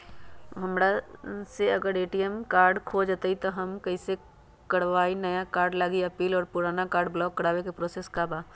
हमरा से अगर ए.टी.एम कार्ड खो जतई तब हम कईसे करवाई नया कार्ड लागी अपील और पुराना कार्ड ब्लॉक करावे के प्रोसेस का बा?